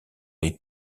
les